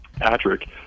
Patrick